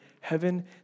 heaven